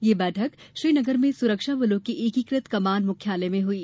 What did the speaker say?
यह बैठक श्रीनगर में सुरक्षाबलों के एकी कृ त कमान मुख्यालय में हुई